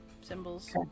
symbols